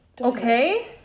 okay